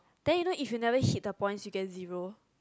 then you know if you didn't hit the point you get zero